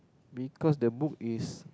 because the book is